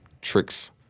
tricks